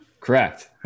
Correct